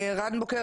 רן בוקר.